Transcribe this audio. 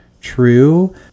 true